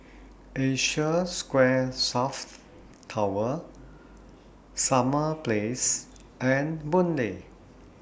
Asia Square South Tower Summer Place and Boon Lay